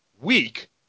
weak